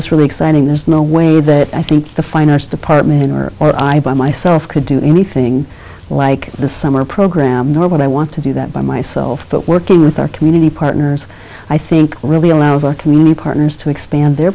just really exciting there's no way that i think the finance department or or i by myself could do anything like the summer program nor would i want to do that by myself but working with our community partners i think really allows our community partners to expand their